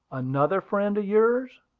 another friend of yours!